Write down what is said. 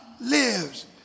lives